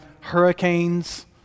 hurricanes